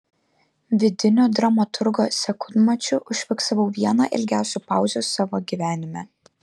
vidiniu dramaturgo sekundmačiu užfiksavau vieną ilgiausių pauzių savo gyvenime